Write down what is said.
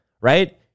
right